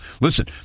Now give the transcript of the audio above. listen